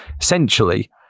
essentially